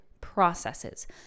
processes